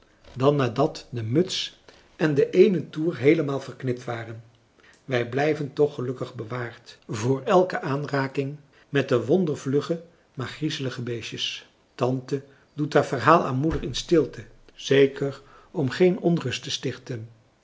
dan nadat de muts en de eene toer heelemaal verknipt waren wij blijven toch gelukkig bewaard voor elke aanraking met de wondervlugge maar griezelige beestjes tante doet haar verhaal aan moeder in stilte zeker om geen onrust te stichten